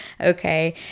Okay